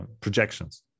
projections